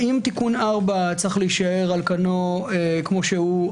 האם תיקון 4 צריך להישאר על כנו כמו שהוא?